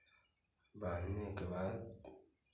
बांधने के बाद